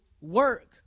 work